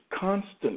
constant